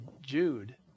Jude